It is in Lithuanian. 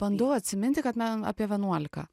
bandau atsiminti kad man apie vienuolika